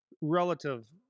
relative